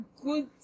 Good